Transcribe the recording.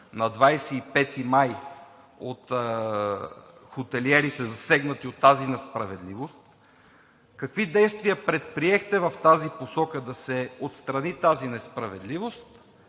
на 25 май от хотелиерите, засегнати от тази несправедливост, какви действия предприехте в тази посока, за да се отстрани тази несправедливост?